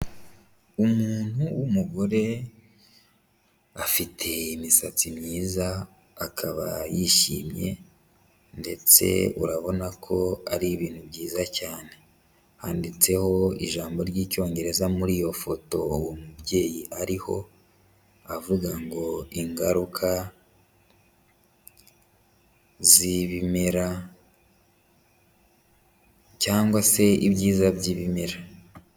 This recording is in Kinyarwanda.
Umuntu w'umugore, afite imisatsi myiza akaba yishimye ndetse urabona ko ari ibintu byiza cyane, handitseho ijambo ry'Icyongereza muri iyo foto uwo mubyeyi ariho, avuga ngo ingaruka z'ibimera cyangwa se ibyiza by'ibimera.